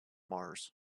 mars